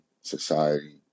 society